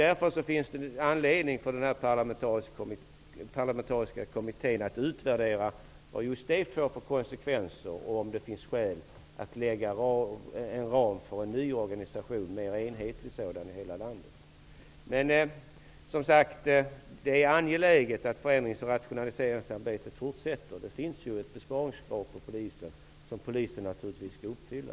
Därför finns det anledning för den parlamentariska kommittén att utvärdera vad just detta får för konsekvenser och om det finns skäl att lägga fast en ram för en ny organisation, en för hela landet mera enhetlig sådan. Det är som sagt angeläget att förändrings och rationaliseringsarbetet fortsätter. Det finns ju ett besparingskrav på polisen, som polisen naturligtvis skall uppfylla.